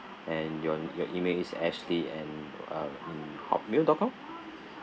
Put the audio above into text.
and your your email is ashley at uh Hotmail dot com